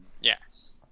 Yes